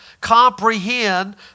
comprehend